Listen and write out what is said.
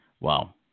Wow